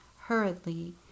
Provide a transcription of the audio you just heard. Hurriedly